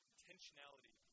Intentionality